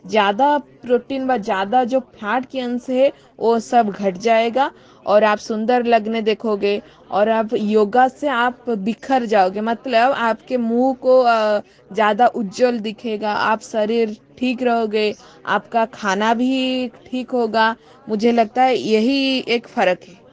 ज़्यादा प्रोटीन व ज़्यादा जो फेट के अंश हैं वो सब घट जाएंगे और आप सुंदर लगने दिखोगे और आप योग से आप निखर जाओगे मतलब आप के मुँह को ज़्यादा उज्जवल दिखेगा आप शरीर ठीक रहोगे आप का खाना भी ठीक होगा मुझे लगता है यही एक फ़र्क़ है